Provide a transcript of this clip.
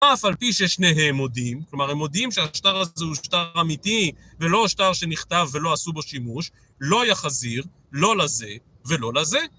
אף על פי ששניהם מודים, זאת אומרת, הם מודים שהשטר הזה הוא שטר אמיתי ולא שטר שנכתב ולא עשו בו שימוש, לא יחזיר, לא לזה ולא לזה.